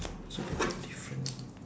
such a group of different